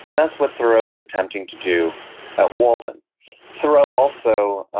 and that's what thoreau is attempting to do at walden thoreau also, ah